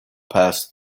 passed